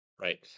Right